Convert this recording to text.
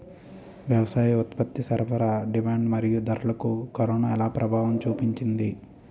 వ్యవసాయ ఉత్పత్తి సరఫరా డిమాండ్ మరియు ధరలకు కరోనా ఎలా ప్రభావం చూపింది